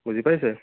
বুজি পাইছে